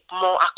more